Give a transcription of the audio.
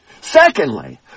Secondly